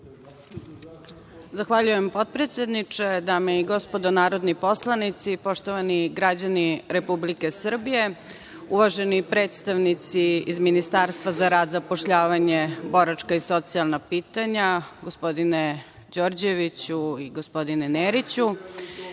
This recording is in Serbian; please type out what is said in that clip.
Zahvaljujem, potpredsedniče. Dame i gospodo narodni poslanici, poštovani građani Republike Srbije, uvaženi predstavnici iz Ministarstva za rad, zapošljavanje, boračka i socijalna pitanja, gospodine Đorđeviću i gospodine Neriću,